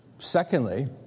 Secondly